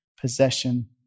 possession